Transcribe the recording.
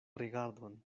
rigardon